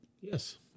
Yes